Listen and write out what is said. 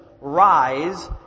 Rise